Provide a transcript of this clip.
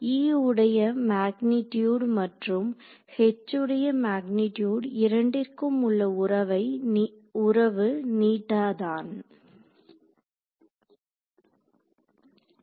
E உடைய magnitude மற்றும் H உடைய மேக்னிடியூட் இரண்டிற்கும் உள்ள உறவு தானா